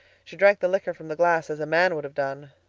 she drank the liquor from the glass as a man would have done.